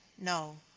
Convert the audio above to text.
no.